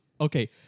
Okay